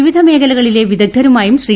വിവിധ മേഖലകളിലെ വിദഗ്ദ്ധരുമായും ശ്രീ